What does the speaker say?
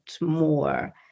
more